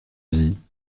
dit